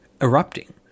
erupting